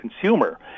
consumer